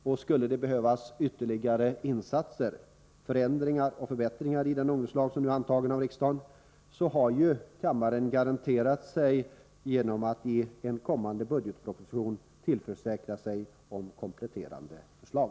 Och skulle det behövas ytterligare insatser, förändringar och förbättringar i den ungdomslag som nu är antagen av riksdagen, så har kammaren garanterat sig detta genom att i den kommande budgetpropositionen tillförsäkra sig kompletterande förslag.